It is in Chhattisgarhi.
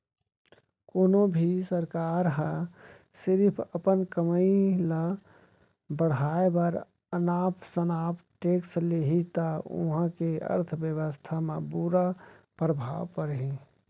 कोनो भी सरकार ह सिरिफ अपन कमई ल बड़हाए बर अनाप सनाप टेक्स लेहि त उहां के अर्थबेवस्था म बुरा परभाव परही